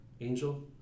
Angel